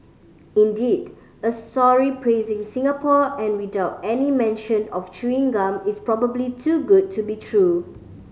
indeed a sorry praising Singapore and without any mention of chewing gum is probably too good to be true